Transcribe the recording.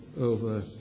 over